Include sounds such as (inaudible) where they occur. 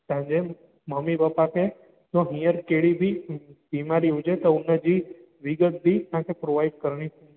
तव्हांजे mummy papa खे त हींअर कहिड़ी बि बेमारी हुजे त हुनजी (unintelligible) बि तव्हांखे प्रोवाइड करणी